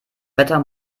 wetter